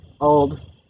Old